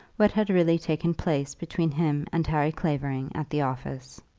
what had really taken place between him and harry clavering at the office.